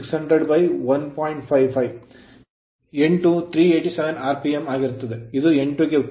n2 387 rpm R PM ಆಗಿರುತ್ತದೆ ಇದು n2 ಗೆ ಉತ್ತರವಾಗಿದೆ